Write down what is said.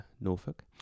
Norfolk